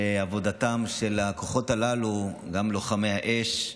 שעבודתם של הכוחות הללו, גם לוחמי האש,